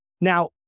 Now